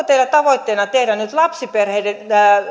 teillä tavoitteena tehdä nyt lapsiperheiden